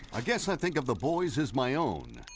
i guess i think of the boys as my own.